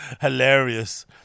hilarious